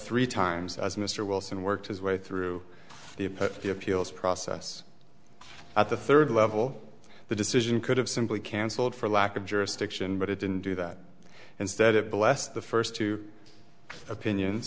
three times as mr wilson worked his way through the appeals process at the third level the decision could have simply cancelled for lack of jurisdiction but it didn't do that instead it bless the first two opinion